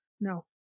No